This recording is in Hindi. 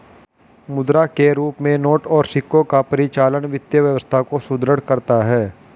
मुद्रा के रूप में नोट और सिक्कों का परिचालन वित्तीय व्यवस्था को सुदृढ़ करता है